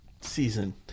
season